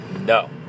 No